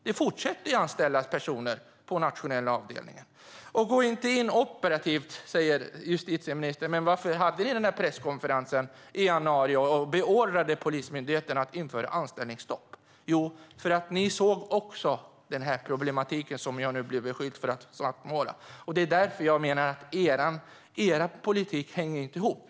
Det fortsätter att anställas personer på nationella avdelningen. Gå inte in operativt, säger justitieministern. Varför hade ni då presskonferensen i januari och beordrade Polismyndigheten att införa anställningsstopp? Jo, för att ni också såg den problematik där jag nu blir beskylld för att svartmåla. Er politik hänger inte ihop.